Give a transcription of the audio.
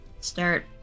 start